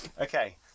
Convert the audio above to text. Okay